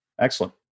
Excellent